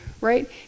right